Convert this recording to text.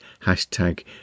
hashtag